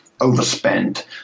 overspent